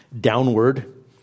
downward